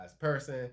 person